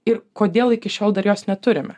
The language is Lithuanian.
ir kodėl iki šiol dar jos neturime